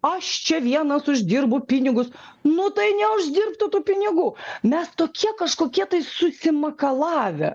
aš čia vienas uždirbu pinigus nu tai neuždirbk tu tų pinigų mes tokie kažkokie tai susimakalavę